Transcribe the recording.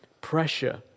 pressure